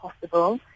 possible